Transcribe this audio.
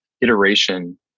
iteration